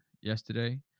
yesterday